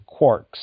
quarks